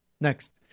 Next